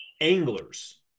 anglers